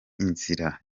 inzira